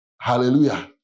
Hallelujah